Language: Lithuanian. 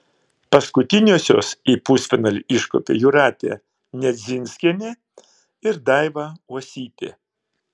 paskutiniosios į pusfinalį iškopė jūratė nedzinskienė ir daiva uosytė